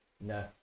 No